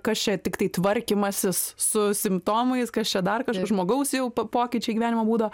kas čia tiktai tvarkymasis su simptomais kas čia dar kažkas žmogaus jau pokyčiai gyvenimo būdo